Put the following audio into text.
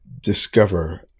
discover